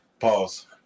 Pause